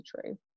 true